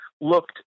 looked